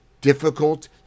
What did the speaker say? difficult